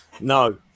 no